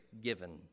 given